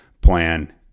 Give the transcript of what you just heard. plan